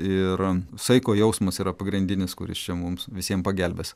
ir saiko jausmas yra pagrindinis kuris čia mums visiem pagelbės